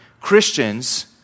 Christians